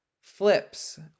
flips